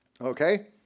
Okay